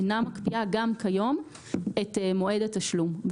אינה מקפיאה גם כיום את מועד התשלום.